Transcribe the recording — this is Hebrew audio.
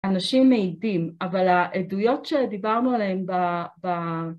‫אנשים מעידים, אבל העדויות ‫שדיברנו עליהן ב...